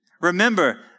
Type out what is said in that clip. Remember